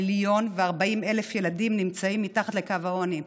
מיליון ו-40,000 ילדים נמצאים מתחת לקו העוני.